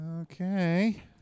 Okay